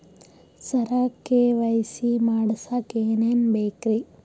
ಸರ KYC ಮಾಡಸಕ್ಕ ಎನೆನ ಬೇಕ್ರಿ?